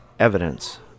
evidence